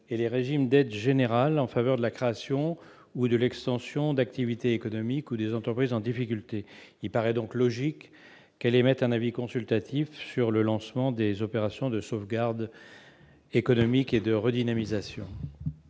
et les régimes d'aides générales à la création ou à l'extension d'activités économiques et aux entreprises en difficulté. Il paraît donc logique qu'elle émette un avis consultatif sur les opérations de sauvegarde économique et de redynamisation.